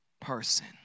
person